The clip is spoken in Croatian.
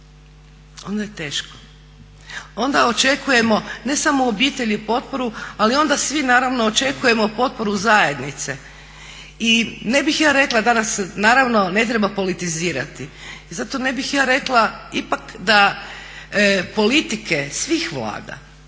ona je teško, onda očekujemo ne samo u obitelji potporu ali onda svi naravno očekujemo potporu zajednice. I ne bih ja rekla danas, naravno ne treba politizirati, i zato ne bih ja rekla ipak da politike svih Vlada